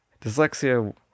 dyslexia